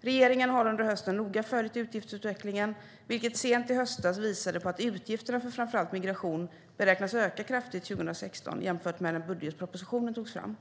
Regeringen har under hösten noga följt utgiftsutvecklingen, vilken sent i höstas visade på att utgifterna för framför allt migration beräknas öka kraftigt 2016 jämfört med när budgetpropositionen togs fram.